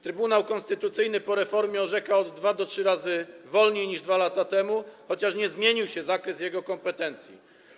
Trybunał Konstytucyjny po reformie orzeka 2–3 razy wolniej niż 2 lata temu, chociaż nie zmienił się zakres jego kompetencji.